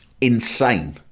insane